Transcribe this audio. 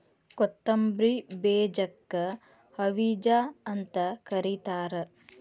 ಕೊತ್ತಂಬ್ರಿ ಬೇಜಕ್ಕ ಹವಿಜಾ ಅಂತ ಕರಿತಾರ